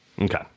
Okay